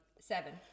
Seven